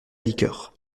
liqueurs